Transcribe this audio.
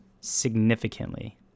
significantly